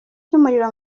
cy’umuriro